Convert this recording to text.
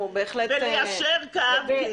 וליישר קו.